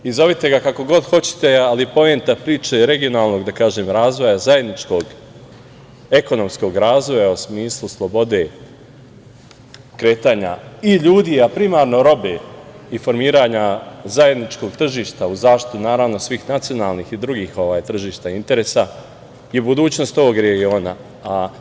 Zovite ga kako god hoćete, ali poenta priče je, regionalnog, da kažem, razvoja, zajedničkog ekonomskog razvoja u smislu slobode kretanja i ljudi, a primarno robe i formiranja zajedničkog tržišta u zaštitu, naravno, svih nacionalnih i drugih tržišta i interesa i budućnost tog regiona.